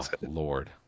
Lord